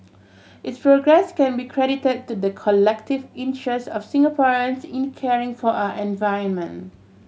its progress can be credited to the collective interest of Singaporeans in caring for our environment